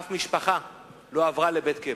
אף משפחה לא עברה לבית קבע.